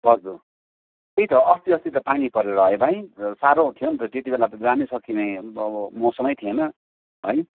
हजुर त्यही त अस्ति अस्ति त पानी परेर है भाइ साह्रो थियो नि त त्यति बेला त जान सकिने अब मौसमै थिएन है